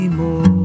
more